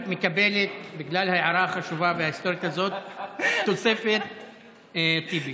בגלל ההערה החשובה וההיסטורית הזאת את מקבלת תוספת טיבי.